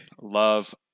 love